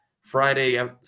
Friday